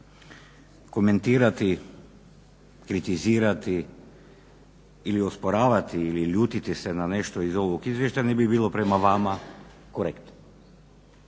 komentirati, kritizirati ili osporavati ili ljutiti se na nešto iz ovog izvještaja ne bi bilo prema vama korektno.